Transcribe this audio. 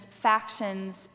factions